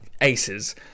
aces